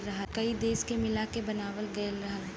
कई देश के मिला के बनावाल गएल रहल